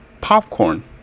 popcorn